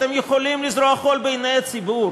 אתם יכולים לזרות חול בעיני הציבור,